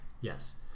Yes